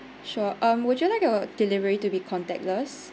sure um would you like a delivery to be contactless